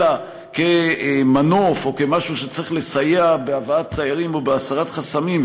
אלא כמנוף או כמשהו שצריך לסייע בהבאת תיירים או בהסרת חסמים,